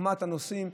חוכמת הנוסעים,